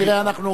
אז אנחנו כבר,